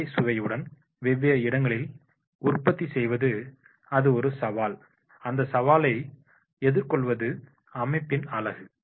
ஒரே சுவையுடன் வெவ்வேறு இடங்களில் உற்பத்தி செய்வது அது ஒரு சவால் அந்த சவாலை எதிர்கொள்வது அமைப்பின் அழகு